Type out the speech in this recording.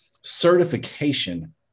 certification